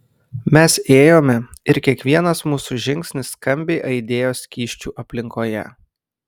mes ėjome ir kiekvienas mūsų žingsnis skambiai aidėjo skysčių aplinkoje